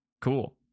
Cool